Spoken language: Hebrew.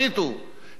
החל מהמע"מ,